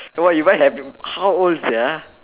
oh why you buy how old sia